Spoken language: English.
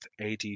AD